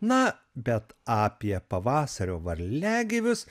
na bet apie pavasario varliagyvius